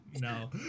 No